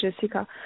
Jessica